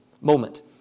moment